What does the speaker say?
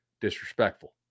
disrespectful